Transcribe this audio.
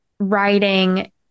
writing